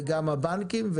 וגם הבנקים,